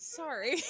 sorry